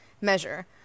measure